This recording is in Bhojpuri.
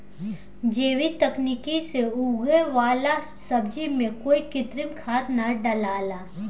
जैविक तकनीक से उगे वाला सब्जी में कोई कृत्रिम खाद ना डलाला